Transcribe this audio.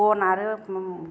बन आरो